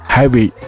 Heavy